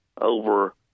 over